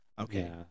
Okay